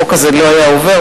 החוק הזה לא היה עובר.